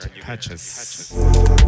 patches